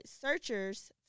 searchers